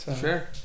Sure